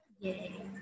Yay